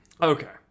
Okay